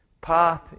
path